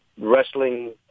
wrestling